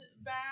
back